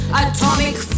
atomic